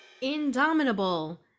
Indomitable